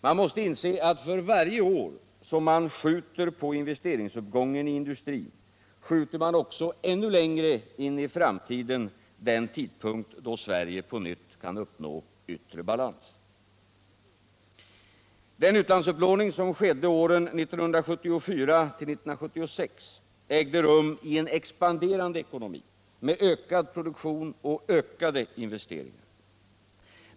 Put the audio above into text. Man måste inse att för varje år som man skjuter på investeringsuppgången i industrin skjuter man också ännu längre in i framtiden den tidpunkt då Sverige på nytt kan uppnå yttre balans. Den utlandsupplåning som skedde åren 1974-1976 ägde rum i en expanderande ekonomi med ökad produktion och ökade investeringar.